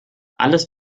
alles